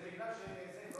זה בגלל שלא רציתי,